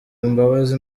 imbabazi